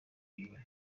inyuma